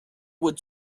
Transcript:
would